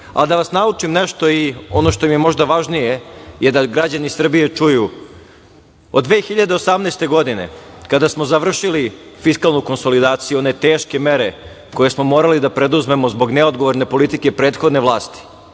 da vas naučim nešto i ono što mi je možda važnije je da građani Srbije čuju od 2018. godine, kada smo završili fiskalnu konsolidaciju one teške mere koje smo morali da preduzmemo zbog neodgovorne politike prethodne vlasti